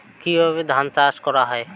কিভাবে ধান চাষ করা হয়?